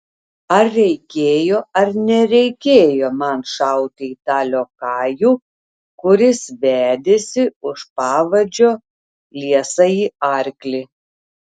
ar reikėjo ar nereikėjo man šauti į tą liokajų kuris vedėsi už pavadžio liesąjį arklį